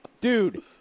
Dude